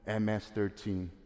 MS-13